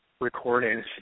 recording